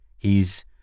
He's